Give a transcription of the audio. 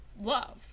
love